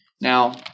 Now